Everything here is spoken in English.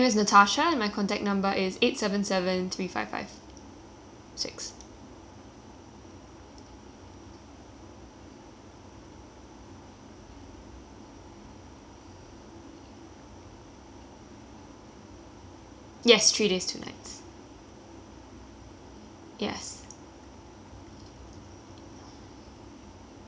five six yes three days two nights yes ah okay ah actually I